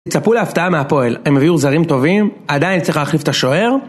תצפו להפתעה מהפועל, הם הביאו זרים טובים. עדיין צריך להחליף את השוער..